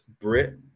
Brit